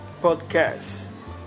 podcast